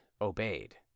obeyed